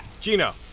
Gino